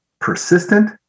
persistent